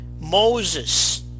Moses